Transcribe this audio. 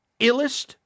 illest